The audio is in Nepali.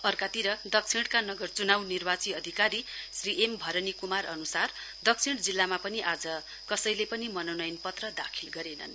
अर्कातिर नगर चुनाउ निर्वाची अधिकारी श्री एम भरनी कुमार अनुसार दक्षिण जिल्लामा पनि आज कसैले पनि मनोनयन पत्र दाखिल गरेनन्